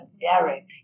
Derek